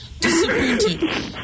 Disappointed